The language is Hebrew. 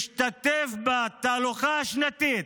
משתתף בתהלוכה השנתית.